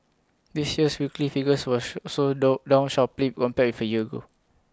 this year's weekly figures were show also down sharply compared for year ago